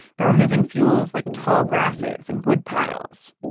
by removing fuels like tall grasses and woodpiles.